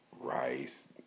rice